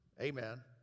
amen